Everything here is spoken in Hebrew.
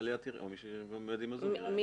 אם